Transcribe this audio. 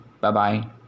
Bye-bye